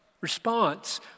response